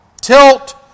Tilt